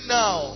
now